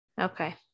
Okay